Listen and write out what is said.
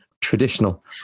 traditional